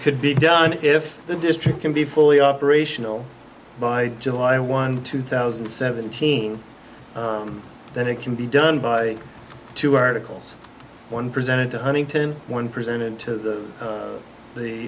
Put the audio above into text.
could be done if the district can be fully operational by july one two thousand and seventeen then it can be done by two articles one presented to huntington one presented to the